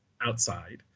outside